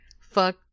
fuck